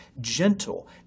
gentle